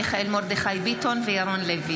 מיכאל מרדכי ביטון וירון לוי